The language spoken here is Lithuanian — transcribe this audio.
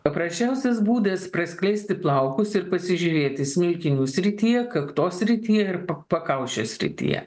paprasčiausias būdas praskleisti plaukus ir pasižiūrėti smilkinių srityje kaktos srityje ir pakaušio srityje